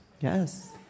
Yes